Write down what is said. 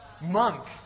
Monk